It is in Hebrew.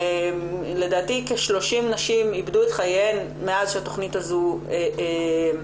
לדעתי כבר כ-70 נשים איבדו את חייהן מאז שהתכנית הזו אושרה